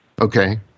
Okay